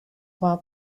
while